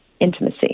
intimacy